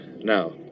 Now